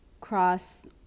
cross